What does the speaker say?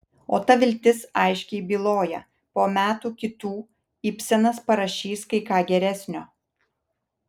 o ta viltis aiškiai byloja po metų kitų ibsenas parašys kai ką geresnio